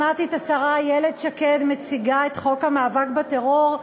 שמעתי את השרה איילת שקד מציגה את חוק המאבק בטרור,